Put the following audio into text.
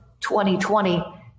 2020